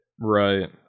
right